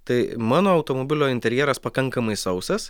tai mano automobilio interjeras pakankamai sausas